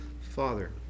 Father